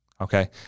Okay